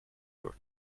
your